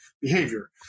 behavior